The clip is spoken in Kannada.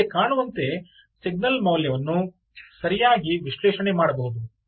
ಇಲ್ಲಿ ನಿಮಗೆ ಕಾಣುವಂತೆ ಸಿಗ್ನಲ್ ಮೌಲ್ಯವನ್ನು ಸರಿಯಾಗಿ ವಿಶ್ಲೇಷಣೆ ಮಾಡಬಹುದು